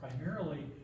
primarily